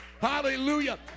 Hallelujah